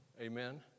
Amen